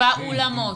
באולמות.